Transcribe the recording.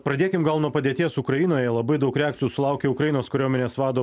pradėkim gal nuo padėties ukrainoje labai daug reakcijų sulaukė ukrainos kariuomenės vado